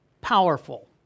powerful